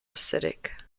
acidic